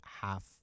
half